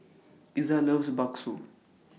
Iza loves Bakso